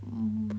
um